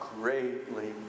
greatly